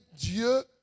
Dieu